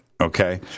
okay